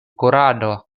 kurado